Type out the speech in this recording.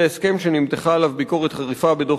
זה הסכם שנמתחה עליו ביקורת חריפה בדוח